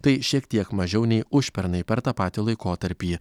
tai šiek tiek mažiau nei užpernai per tą patį laikotarpį